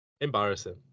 Embarrassing